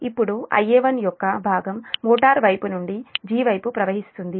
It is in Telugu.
ఇప్పుడు Ia1 యొక్క భాగం మోటారు వైపు నుండి 'g' వైపు ప్రవహిస్తుంది